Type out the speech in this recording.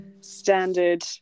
standard